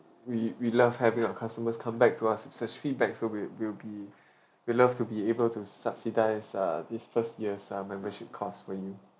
we we love having our customers come back to us with such feedback so we we'll be we love to be able to subsidise uh this first year's uh membership cost for you